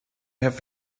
have